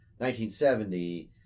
1970